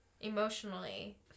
emotionally